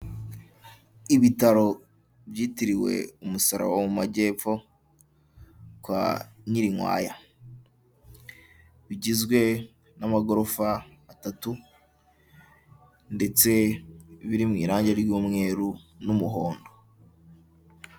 Ibitaro byitiriwe umusaraba wo mu majyepfo kwa Nyirinkwaya, bigizwe n'amagorofa atatu ndetse biri mu irangi ry'umweru n'umuhondo.